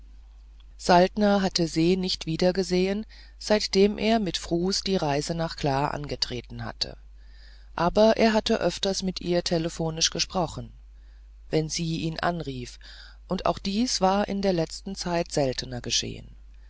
saltner hatte se nicht wiedergesehen seitdem er mit frus die reise nach kla angetreten hatte aber er hatte öfter mit ihr telephonisch gesprochen wenn sie ihn anrief und auch dies war in der letzten zeit seltener geschehen